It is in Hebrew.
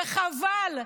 וחבל,